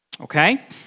Okay